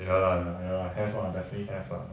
ya lah ya lah have lah definitely have lah